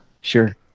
sure